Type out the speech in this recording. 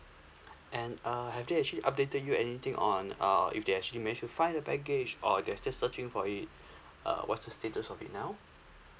and uh have they actually updated you anything on uh if they actually manage to find the baggage or they're still searching for it uh what's the status of it now